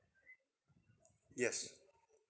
yes